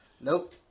Nope